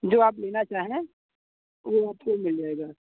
जो आप लेना चाहे वो आपको मिलेगा